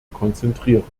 konzentrieren